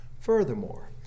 Furthermore